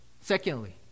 Secondly